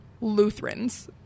Lutherans